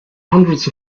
hundreds